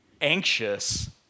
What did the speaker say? anxious